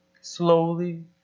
slowly